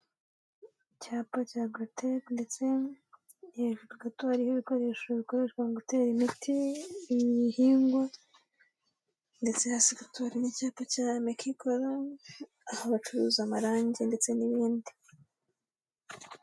Icyapa cya Agrothec ndetse hejuru gato hariho ibikoresho bikoreshwa mu gutera imiti ibihingwa, ndetse hasi gato hari n'icyapa cya Ameki Color, aho bacuruza amarangi ndetse n'ibindi.